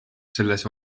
selles